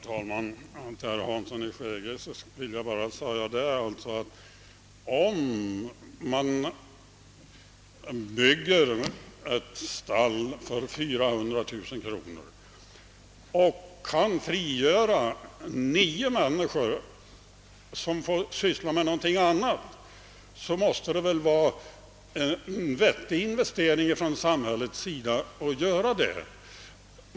Herr talman! Till herr Hansson i Skegrie vill jag säga att om man genom att bygga en ladugård för 400 000 kronor kan frigöra nio människor för annan verksamhet, så måste det väl vara en vettig investering ur samhällets synpunkt.